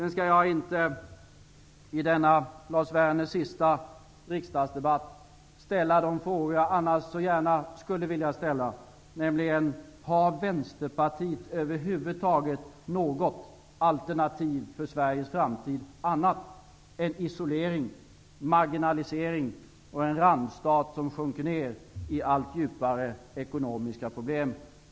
Nu skall jag inte, i denna Lars Werners sista riksdagsdebatt, ställa den fråga jag annars så gärna skulle vilja ställa, nämligen: Har Vänsterpartiet över huvud taget något alternativ för Sveriges framtid annat än isolering, marginalisering och ställning som randstat som sjunker ner i allt djupare ekonomiska problem?